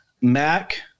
Mac